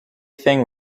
thing